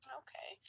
okay